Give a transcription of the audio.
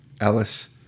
Alice